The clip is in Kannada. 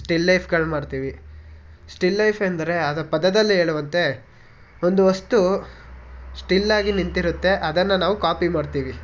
ಸ್ಟಿಲ್ಲೈಫ್ಗಳು ಮಾಡ್ತೀವಿ ಸ್ಟಿಲ್ಲೈಫ್ ಎಂದರೆ ಅದು ಪದದಲ್ಲಿ ಹೇಳುವಂತೆ ಒಂದು ವಸ್ತು ಸ್ಟಿಲ್ ಆಗಿ ನಿಂತಿರುತ್ತೆ ಅದನ್ನು ನಾವು ಕಾಪಿ ಮಾಡ್ತೀವಿ